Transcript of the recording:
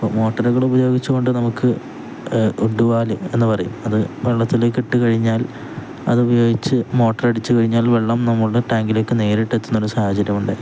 ഇപ്പോള് മോട്ടോറുകള് ഉപയോഗിച്ചുകൊണ്ട് നമുക്ക് ഫുട് വാള്വ് എന്നു പറയും അത് വെള്ളത്തിലേക്ക് ഇട്ടുകഴിഞ്ഞാൽ അത് ഉപയോഗിച്ച് മോട്ടോറടിച്ചുകഴിഞ്ഞാൽ വെള്ളം നമ്മളുടെ ടാങ്കിലേക്കു നേരിട്ടെത്തുന്ന ഒരു സാഹചര്യമുണ്ട്